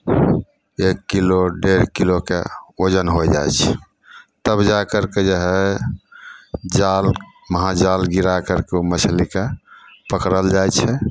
एक किलो डेढ़ किलोके ओजन होइ जाइ छै तब जा करिके जे हइ जाल महाजाल गिरा करिके ओ मछलीके पकड़ल जाइ छै